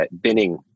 binning